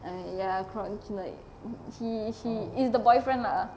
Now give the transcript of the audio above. ah ya crotch like she she it's the boyfriend lah